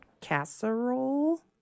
casserole